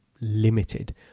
limited